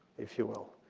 if you will,